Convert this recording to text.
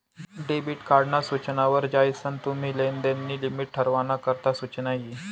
debit card ना सूचना वर जायीसन तुम्ही लेनदेन नी लिमिट ठरावाना करता सुचना यी